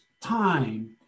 time